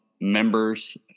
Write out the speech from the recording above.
members